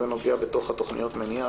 שזה נוגע בתוך התכניות המניעה,